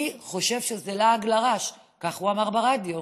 אני חושב שזה לעג לרש, כך הוא אמר ברדיו.